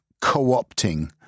co-opting